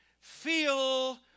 feel